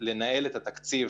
לנהל את התקציב